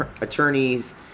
attorneys